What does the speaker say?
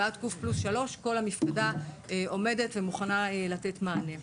ועד ל-"ק+3" מצב שבו כל המפקדה עומדת ומוכנה לתת מענה.